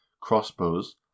crossbows